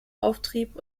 auftrieb